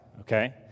okay